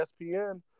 ESPN